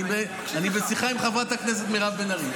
אני בשיחה עם חברת הכנסת מירב בן ארי.